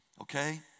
okay